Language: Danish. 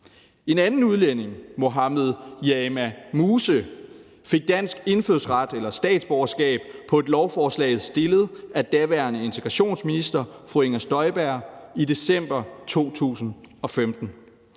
En anden udlænding, Mohamed Jama Muse, fik dansk indfødsret – statsborgerskab – på et lovforslag fremsat af daværende integrationsminister fru Inger Støjberg i december 2015.